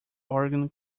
organ